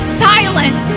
silent